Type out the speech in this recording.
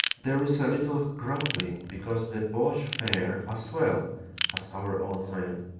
there is a little grumbling because the boche fare as well as our own men,